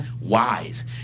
wise